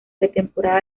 pretemporada